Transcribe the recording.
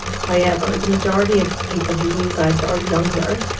however the majority of people who use ice are younger,